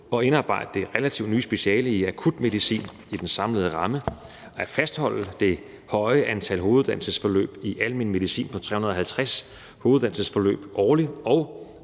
at indarbejde det relativt nye speciale i akutmedicin i den samlede ramme, at fastholde det høje antal hoveduddannelsesforløb i almen medicin på 350 hoveduddannelsesforløb årligt og